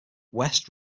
west